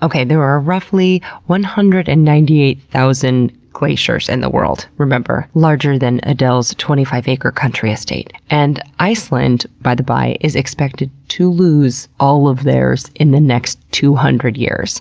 okay, there are roughly one hundred and ninety eight thousand glaciers in the world, remember, larger than adele's twenty five acre country estate. and iceland, by the by, is expected to lose all of theirs in the next two hundred years.